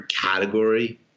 category